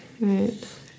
Right